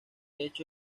hecho